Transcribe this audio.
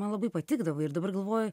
man labai patikdavo ir dabar galvoju